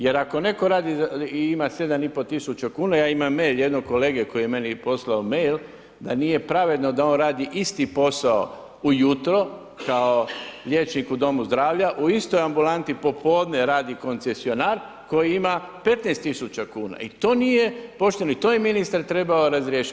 Jer ako netko radi i ima 7 i pol tisuća kuna, ja imam mail jednog kolege koji je meni poslao mail da nije pravedno da on radi isti posao ujutro kao liječnik u domu zdravlja, u istoj ambulanti popodne radio koncesionar koji ima 15 000 kuna. i to nije pošteno i to je ministar trebao razriješit.